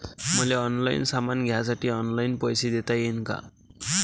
मले ऑनलाईन सामान घ्यासाठी ऑनलाईन पैसे देता येईन का?